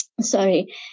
sorry